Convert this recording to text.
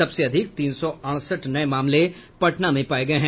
सबसे अधिक तीन सौ अड़सठ नये मामले पटना में पाये गये हैं